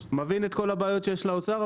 אני מבין את כל הבעיות שיש לאוצר,